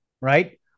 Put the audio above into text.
right